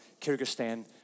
Kyrgyzstan